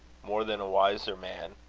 more than a wiser man,